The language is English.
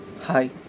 hi